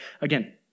again